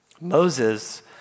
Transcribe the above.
Moses